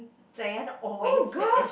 Ze-Yan always said